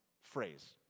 phrase